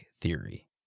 Theory